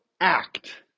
act